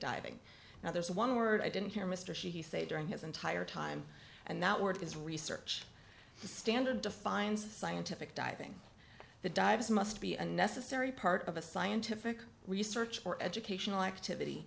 diving now there's one word i didn't hear mr sheehy say during his entire time and that word is research the standard defines scientific diving the dives must be a necessary part of a scientific research or educational activity